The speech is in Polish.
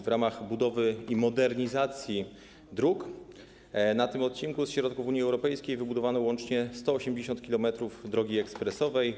W ramach budowy i modernizacji dróg na tym odcinku ze środków Unii Europejskiej wybudowano łącznie 180 km drogi ekspresowej.